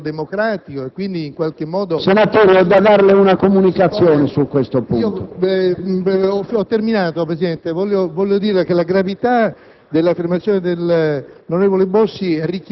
Senatore Zanda, devo fare una comunicazione su questo punto.